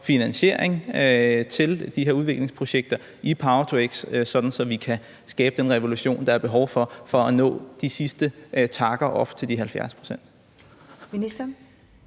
finansiering til de her udviklingsprojekter i power-to-x, så vi kan skabe den revolution, der er behov for, for at nå de sidste takker op til de 70 pct.